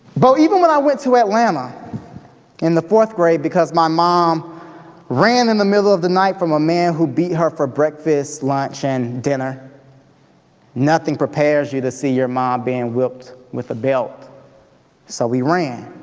but even when i went to atlanta in the fourth grade because my mom ran in the middle of the night from a man who beat her for breakfast, lunch and dinner nothing prepares you to see your mom being whipped with a belt so we ran.